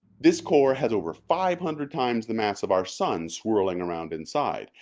this core has over five hundred times the mass of our sun swirling around inside.